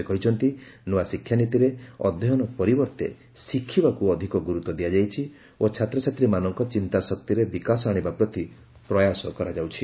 ସେ କହିଛନ୍ତି ନୂଆ ଶିକ୍ଷାନୀତିରେ ଅଧ୍ୟୟନ ପରିବର୍ତ୍ତେ ଶିଖିବାକୁ ଅଧିକ ଗୁରୁତ୍ୱ ଦିଆଯାଇଛି ଓ ଛାତ୍ରଛାତ୍ରୀମାନଙ୍କ ଚିନ୍ତାଶକ୍ତିରେ ବିକାଶ ଆଣିବା ପ୍ରତି ପ୍ରୟାସ କରାଯାଉଛି